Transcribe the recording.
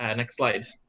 and next slide.